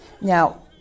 now